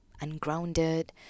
ungrounded